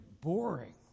boring